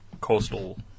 coastal